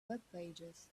webpages